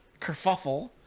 kerfuffle